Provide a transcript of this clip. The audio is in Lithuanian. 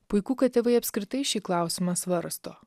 puiku kad tėvai apskritai šį klausimą svarsto